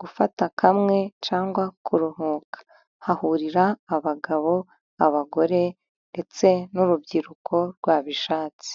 gufata kamwe cyangwa kuruhuka hahurira abagabo, abagore, ndetse n'urubyiruko rwabishatse.